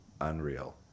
unreal